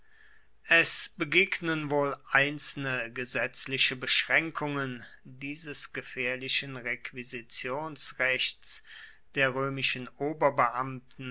es begegnen wohl einzelne gesetzliche beschränkungen dieses gefährlichen requisitionsrechts der römischen oberbeamten